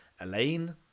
Elaine